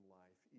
life